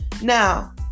Now